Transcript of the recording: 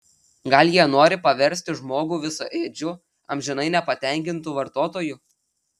gal jie nori paversti žmogų visaėdžiu amžinai nepatenkintu vartotoju